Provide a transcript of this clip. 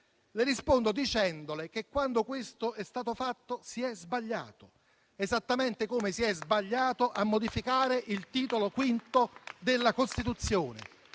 Le rispondo dicendole che, quando questo è stato fatto, si è sbagliato, esattamente come si è sbagliato a modificare il Titolo V della Costituzione,